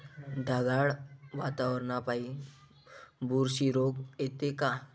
ढगाळ वातावरनापाई बुरशी रोग येते का?